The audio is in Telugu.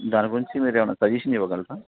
దాని గురించి మీరేమన్నా సజెషనివ్వగలరా